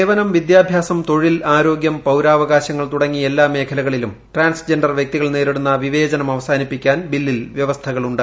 സേവനം വിദ്യാഭ്യാസം തൊഴിൽ ആരോഗ്യം പൌരാവകാശങ്ങൾ തുടങ്ങി എല്ലാ മേഖലകളിലും ട്രാൻസ്ജൻഡർ വൃക്തികൾ നേരിടുന്ന വിവേചനം അവസാനിപ്പിക്കാൻ ബില്ലിൽ വ്യവസ്ഥകളുണ്ട്